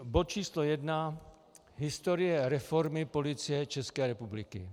Bod č. 1 historie reformy Policie České republiky.